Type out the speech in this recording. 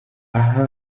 aha